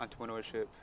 entrepreneurship